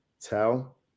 tell